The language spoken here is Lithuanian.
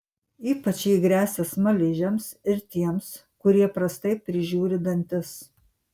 ypač ji gresia smaližiams ir tiems kurie prastai prižiūri dantis